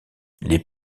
les